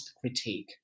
critique